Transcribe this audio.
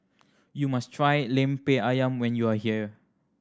you must try Lemper Ayam when you are here